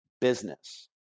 business